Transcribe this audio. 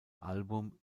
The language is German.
album